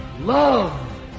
Love